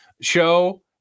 show